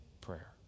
prayer